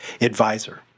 advisor